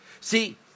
See